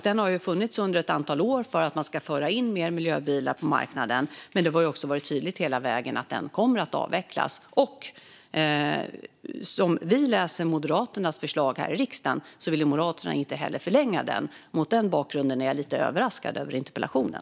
Den har funnits under ett antal år för att man ska föra in fler miljöbilar på marknaden, men det har också varit tydligt hela vägen att den kommer att avvecklas. Som vi läser Moderaternas förslag här i riksdagen vill inte heller Moderaterna förlänga denna nedsättning. Mot den bakgrunden är jag lite överraskad över interpellationen.